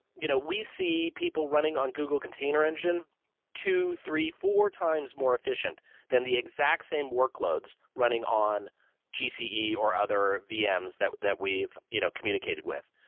you know we see people running on google container engine two, three, four times more efficient than the exact same workloads running on gce or or other vms that that we've you know communicated with.